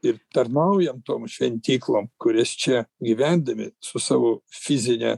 ir tarnaujam tom šventyklom kurias čia gyvendami su savo fizine